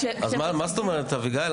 מה זאת אומרת, אביגיל?